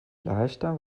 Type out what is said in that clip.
leichter